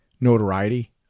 notoriety